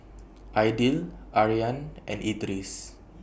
Aidil Aryan and Idris